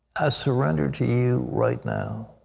ah surrender to you right now.